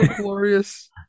glorious